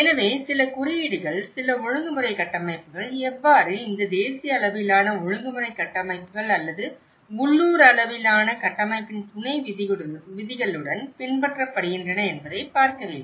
எனவே சில குறியீடுகள் சில ஒழுங்குமுறை கட்டமைப்புகள் எவ்வாறு இந்த தேசிய அளவிலான ஒழுங்குமுறை கட்டமைப்புகள் அல்லது உள்ளூர் அளவிலான கட்டமைப்பின் துணைவிதிகளுடன் பின்பற்றப்படுகின்றன என்பதை பார்க்க வேண்டும்